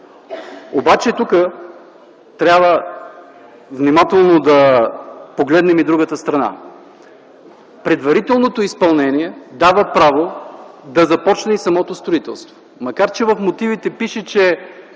обаче трябва да погледнем внимателно и другата страна. Предварителното изпълнение дава право да започне и самото строителство, макар че в мотивите пише, че